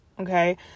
okay